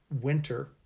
winter